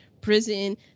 prison